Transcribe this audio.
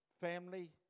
family